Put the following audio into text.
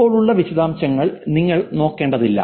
ഇപ്പോൾ ഉള്ള വിശദാംശങ്ങൾ നിങ്ങൾ നോക്കേണ്ടതില്ല